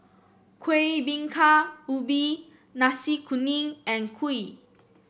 Kuih Bingka Ubi Nasi Kuning and kuih